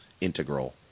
integral